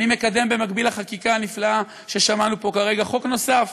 אני מקדם במקביל לחקיקה הנפלאה ששמענו פה כרגע חוק נוסף